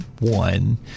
one